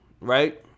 right